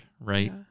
right